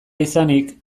izanik